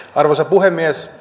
arvoisa puhemies